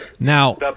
Now